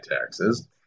taxes